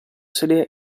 sede